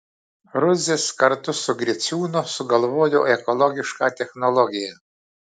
rudzis kartu su griciūnu sugalvojo ekologišką technologiją